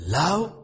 love